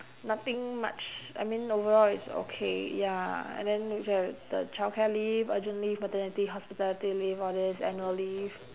nothing much I mean overall it's okay ya and then we have the childcare leave urgent leave maternity hospitality leave all this annual leave